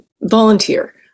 volunteer